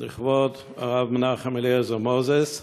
לכבוד הרב מנחם אליעזר מוזס,